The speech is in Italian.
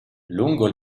lungo